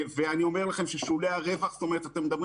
אני אומר לכם ששולי הרווח אתם מדברים